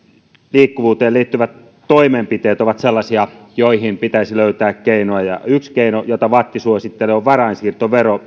liikkuvuuteen liittyvät toimenpiteet ovat sellaisia joihin pitäisi löytää keinoja ja yksi keino jota vatt suosittelee on varainsiirtoveron